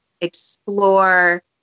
explore